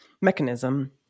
mechanism